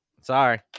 Sorry